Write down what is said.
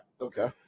Okay